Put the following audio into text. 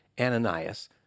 Ananias